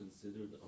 considered